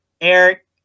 eric